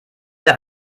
der